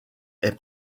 est